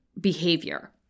behavior